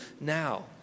now